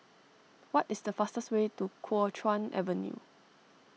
what is the fastest way to Kuo Chuan Avenue